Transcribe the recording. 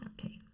Okay